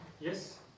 Yes